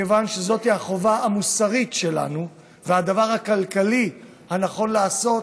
מכיוון שזאת היא החובה המוסרית שלנו והדבר הכלכלי הנכון לעשות,